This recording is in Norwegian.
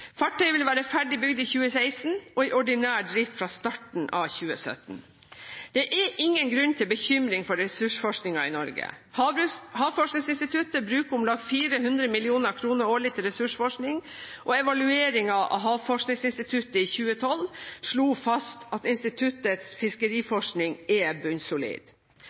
Fartøyet vil være ferdig bygd i 2016, og i ordinær drift fra starten av 2017. Det er ingen grunn til bekymring for ressursforskningen i Norge. Havforskningsinstituttet bruker om lag 400 mill. kr årlig til ressursforskning, og evalueringen av Havforskningsinstituttet i 2012 slo fast at instituttets fiskeriforskning er bunnsolid.